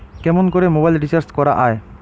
কেমন করে mobile recharge করা য়ায়?